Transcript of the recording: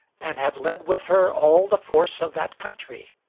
and had led with her all the force of that country.